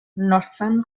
northern